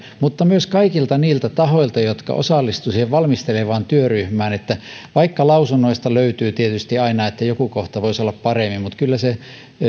mutta myös kaikilta niiltä tahoilta jotka osallistuivat siihen valmistelevaan työryhmään vaikka lausunnoista löytyy tietysti aina että joku kohta voisi olla paremmin niin kyllä se